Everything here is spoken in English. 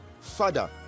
father